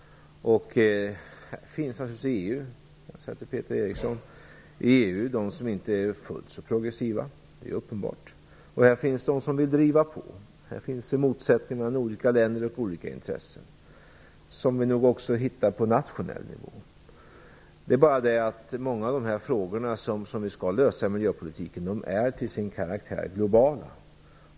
I EU finns naturligtvis de som inte är så progressiva, och det finns de som vill driva på. Det finns motsättningar mellan olika länder och olika intressen, precis som på nationell nivå. Många av de frågor vi skall lösa inom miljöpolitiken är dock globala.